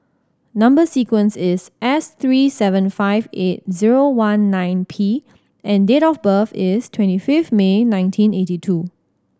number sequence is S three seven five eight zero one nine P and date of birth is twenty fifth May nineteen eighty two